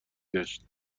گشت